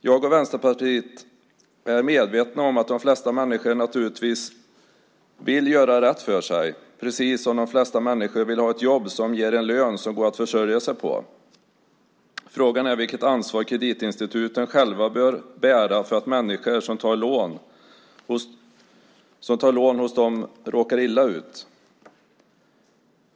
Jag och Vänsterpartiet är medvetna om att de flesta människor naturligtvis vill göra rätt för sig, precis som de flesta människor vill ha ett jobb som ger en lön som det går att försörja sig på. Frågan är vilket ansvar kreditinstituten själva bör bära för att människor som tar lån hos dem råkar illa ut.